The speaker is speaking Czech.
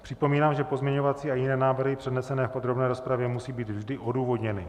Připomínám, že pozměňovací a jiné návrhy přednesené v podrobné rozpravě musí být vždy odůvodněny.